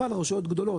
אבל רשויות גדולות,